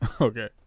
Okay